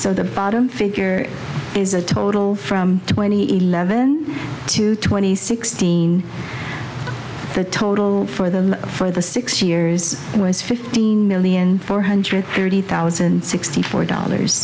so the bottom figure is a total from twenty eleven to twenty sixteen the total for the for the six years it was fifteen million four hundred thirty thousand sixty four dollars